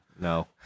No